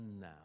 now